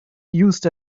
used